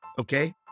Okay